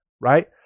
right